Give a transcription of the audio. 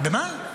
מה?